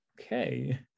okay